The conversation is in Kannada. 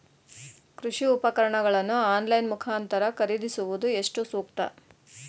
ಕೃಷಿ ಉಪಕರಣಗಳನ್ನು ಆನ್ಲೈನ್ ಮುಖಾಂತರ ಖರೀದಿಸುವುದು ಎಷ್ಟು ಸೂಕ್ತ?